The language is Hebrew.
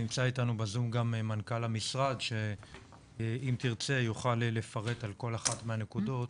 נמצא איתנו בזום גם מנכ"ל המשרד שאם תרצה יוכל לפרט על כל אחת מהנקודות